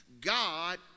God